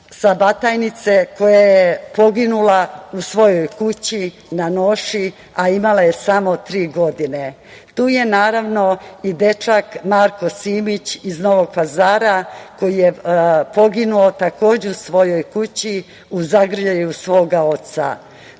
sa Batajnice koja je poginula u svojoj kući na noši, a imala je samo tri godine. Tu je i dečak Marko Simić iz Novog Pazara, koji je poginuo, takođe, u svojoj kući, i zagrljaju svoga oca. Tu